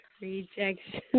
Rejection